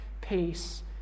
peace